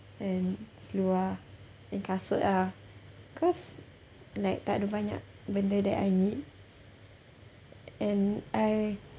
and seluar and kasut ah cause like tak ada banyak benda that I need and I